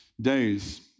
days